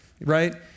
right